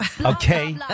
Okay